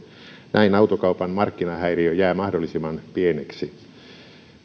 näin autokaupan markkinahäiriö jää mahdollisimman pieneksi